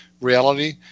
reality